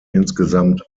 insgesamt